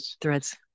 threads